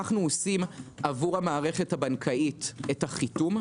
אנחנו עושים עבור המערכת הבנקאית את החיתום.